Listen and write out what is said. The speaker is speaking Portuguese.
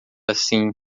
assim